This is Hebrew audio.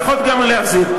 יכול גם להחזיר.